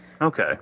Okay